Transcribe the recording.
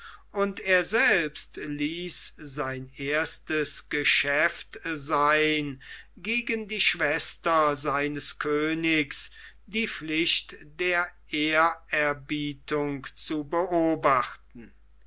und er selbst ließ sein erstes geschäft sein gegen die schwester seines königs die pflicht der ehrerbietung zu beobachten